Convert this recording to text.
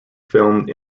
filmed